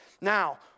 Now